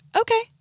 okay